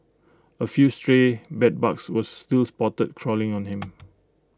A few stray bedbugs were still spotted crawling on him